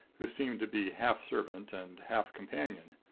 who seemed to be half-servant and half-companion.